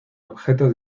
objeto